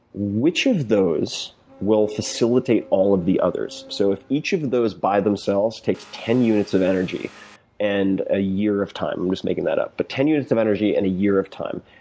which of those will facilitate all of the others? so if each of of those by themselves takes ten units of energy and a year of time, i'm just making that up, but ten units of energy and a year of time,